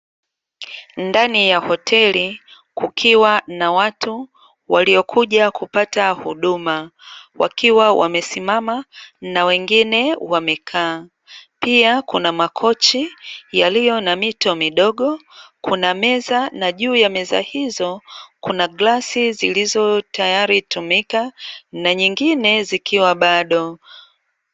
Ndani ya hoteli kukiwa na watu, waliokuja kupata huduma, wakiwa wamesimama na wengine wamekaa. Pia kuna makochi, yaliyo na miche midogo, kuna meza na juu ya meza hizo kuna glasi zilizo tayari tumika, na nyingine zikiwa bado.